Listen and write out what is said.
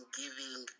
giving